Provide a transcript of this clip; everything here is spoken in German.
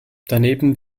daneben